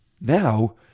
now